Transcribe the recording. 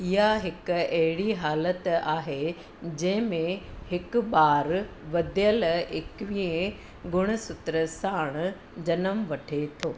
इहा हिकु अहिड़ी हालति आहे जंहिं में हिकु ॿारु वधियल एकवीह गुणसूत्र साणि जनमु वठे थो